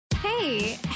Hey